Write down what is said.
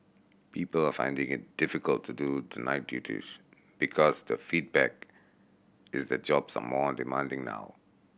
people are finding it difficult to do the night duties because the feedback is that jobs are more demanding now